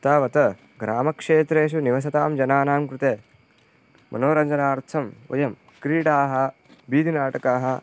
तावत् ग्राम्यक्षेत्रेषु निवसतां जनानां कृते मनोरञ्जनार्थं वयं क्रीडाः बीदिनाटकाः